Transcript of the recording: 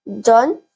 done